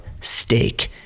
steak